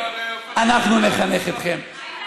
אנחנו נחנך אתכם.